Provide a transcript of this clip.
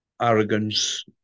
arrogance